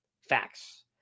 facts